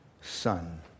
son